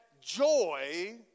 joy